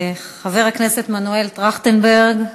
חבר הכנסת מנואל טרכטנברג,